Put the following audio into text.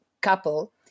couple